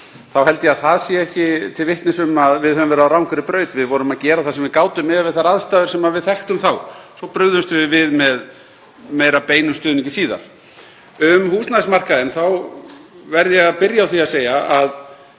þá held ég að það sé ekki til vitnis um að við höfum verið á rangri braut. Við vorum að gera það sem við gátum miðað við þær aðstæður sem við þekktum þá. Svo brugðumst við við með meiri beinum stuðningi síðar. Um húsnæðismarkaðinn verð ég að byrja á því að segja að